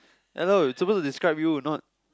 hello it's supposed to describe you not